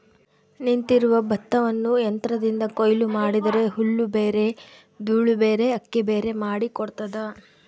ನಿಂತಿರುವ ಭತ್ತವನ್ನು ಯಂತ್ರದಿಂದ ಕೊಯ್ಲು ಮಾಡಿದರೆ ಹುಲ್ಲುಬೇರೆ ದೂಳುಬೇರೆ ಅಕ್ಕಿಬೇರೆ ಮಾಡಿ ಕೊಡ್ತದ